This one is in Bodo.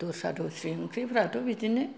दस्रा दस्रि ओंख्रिफ्राथ' बिदिनो